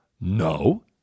No